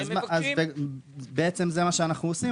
זה בעצם מה שאנחנו עושים.